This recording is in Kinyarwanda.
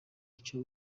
icyo